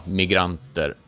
migranter